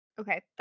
Okay